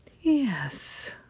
Yes